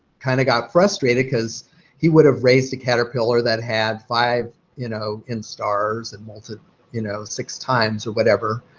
kind of got frustrated because he would have raised a caterpillar that had five you know instars and molted you know six times or whatever.